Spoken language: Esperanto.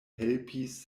helpis